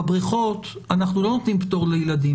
בבריכות אנחנו לא נותנים פטור לילדים,